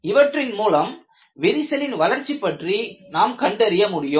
இவற்றின் மூலம் விரிசலின் வளர்ச்சி பற்றி நாம் கண்டறிய முடியும்